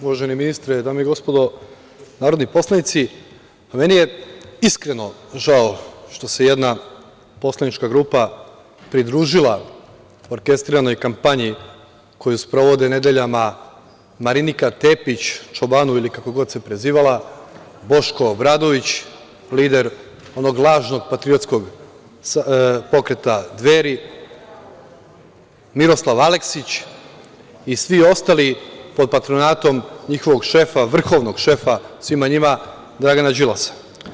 Uvaženi ministre, dame i gospodo narodni poslanici, meni je iskreno žao što se jedna poslanička grupa pridružila orkestriranoj kampanji koju sprovode nedeljama Marinika Tepić Čobanu ili kako god se prezivala, Boško Obradović, lider onog lažnog patriotskog pokreta Dveri, Miroslav Aleksić i svi ostali pod patronatom njihovog šefa, vrhovnog šefa svima njima, Dragana Đilasa.